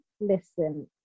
Listen